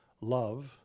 love